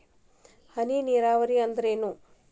ಹನಿ ನೇರಾವರಿ ಅಂದ್ರೇನ್ರೇ?